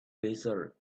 desert